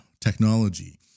technology